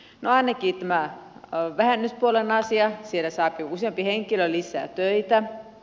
no ainakin tässä vähennyspuolen asiassa saapi useampi henkilö lisää töitä